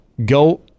Go